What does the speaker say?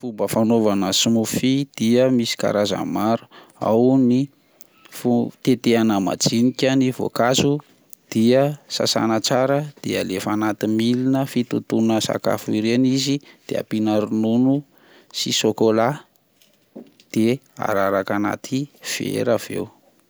Fomba fanaovana smoothie dia misy karazany maro ao ny fo-tetehana madinika ny voankazo dia sasana tsara de alefa anaty milina fitotoana sakafo ireny izy dia ampiana ronono sy chocolat de araraka anaty vera avy eo.